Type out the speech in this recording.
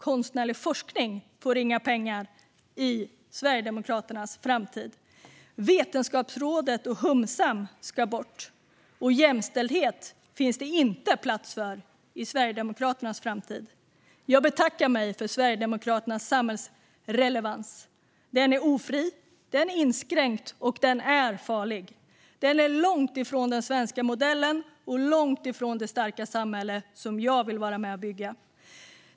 Konstnärlig forskning får inga pengar i Sverigedemokraternas framtid. Vetenskapsrådet och humsam ska bort. Jämställdhet finns det inte plats för i Sverigedemokraternas framtid. Jag betackar mig för Sverigedemokraternas samhällsrelevans. Den är ofri, inskränkt och farlig. Den är långt ifrån den svenska modellen och långt ifrån det starka samhälle som jag vill vara med och bygga.